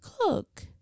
cook